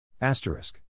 Asterisk